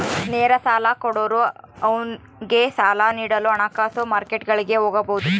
ನೇರ ಸಾಲ ಕೊಡೋರು ಅವ್ನಿಗೆ ಸಾಲ ನೀಡಲು ಹಣಕಾಸು ಮಾರ್ಕೆಟ್ಗುಳಿಗೆ ಹೋಗಬೊದು